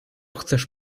chcesz